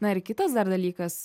na ir kitas dar dalykas